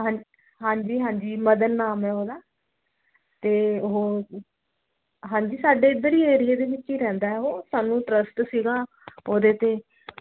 ਹਾਂ ਹਾਂਜੀ ਹਾਂਜੀ ਮਦਨ ਨਾਮ ਹੈ ਉਹਦਾ ਅਤੇ ਉਹ ਹਾਂਜੀ ਸਾਡੇ ਇੱਧਰ ਹੀ ਏਰੀਏ ਦੇ ਵਿੱਚ ਹੀ ਰਹਿੰਦਾ ਉਹ ਸਾਨੂੰ ਟਰਸਟ ਸੀਗਾ ਉਹਦੇ ਤੇ